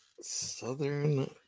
southern